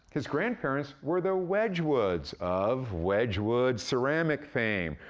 his grandparents were the wedgwoods of wedgwood ceramic fame.